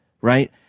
right